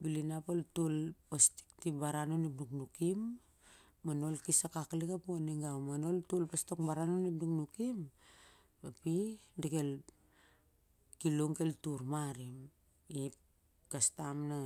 bel u nap ol tol apstik ti baran on ep nuknukim ma na ol kes akaklik a nu a nigau, ma na ol tol pas tok baran on ep nuknukim a de ke ep kilong kel tur ma a rim ip kastom na